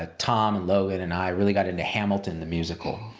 ah tom and logan an i really got into hamilton, the musical.